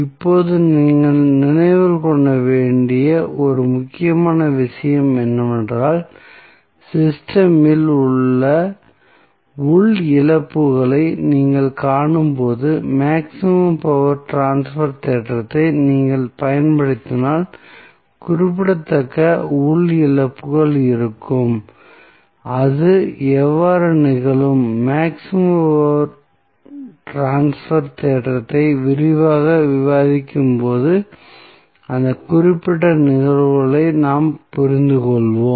இப்போது நீங்கள் நினைவில் கொள்ள வேண்டிய ஒரு முக்கியமான விஷயம் என்னவென்றால் சிஸ்டம் இல் உள்ள உள் இழப்புகளை நீங்கள் காணும்போது மேக்ஸிமம் பவர் ட்ரான்ஸ்பர் தேற்றத்தை நீங்கள் பயன்படுத்தினால் குறிப்பிடத்தக்க உள் இழப்புகள் இருக்கும் அது எவ்வாறு நிகழும் மேக்ஸிமம் பவர் ட்ரான்ஸ்பர் தேற்றத்தை விரிவாக விவாதிக்கும் போது இந்த குறிப்பிட்ட நிகழ்வுகளை நாம் புரிந்து கொள்வோம்